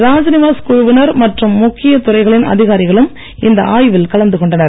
ராஜ்நிவாஸ் குழுவினர் மற்றும் முக்கிய துறைகளின் அதிகாரிகளும் இந்த ஆய்வில் கலந்து கொண்டனர்